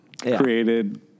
created